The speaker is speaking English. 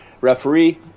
referee